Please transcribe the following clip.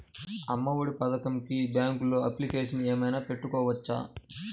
అమ్మ ఒడి పథకంకి బ్యాంకులో అప్లికేషన్ ఏమైనా పెట్టుకోవచ్చా?